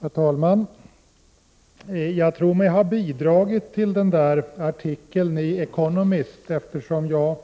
Herr talman! Jag tror mig ha bidragit till den här artikeln i The Economist, eftersom jag